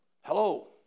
Hello